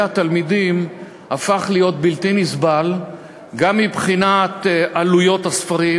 התלמידים הפך להיות בלתי נסבל גם מבחינת עלויות הספרים,